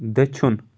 دٔچھُن